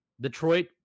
Detroit